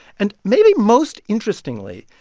and maybe most interestingly,